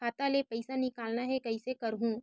खाता ले पईसा निकालना हे, कइसे करहूं?